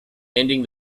ending